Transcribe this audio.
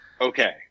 Okay